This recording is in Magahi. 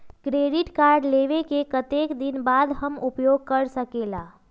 क्रेडिट कार्ड लेबे के कतेक दिन बाद हम उपयोग कर सकेला?